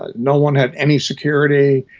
ah no one had any security,